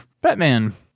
Batman